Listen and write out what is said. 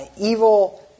Evil